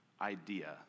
idea